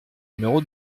numéro